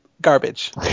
garbage